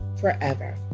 forever